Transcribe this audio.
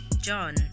John